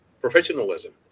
professionalism